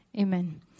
Amen